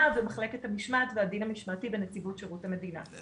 ומחלקת המשמעת והדין המשמעתי בנציבות שירות המדינה.